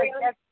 Yes